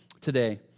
today